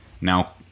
Now